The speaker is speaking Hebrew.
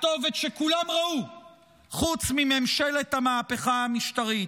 הכתובת שכולם ראו חוץ ממשלת המהפכה המשטרית.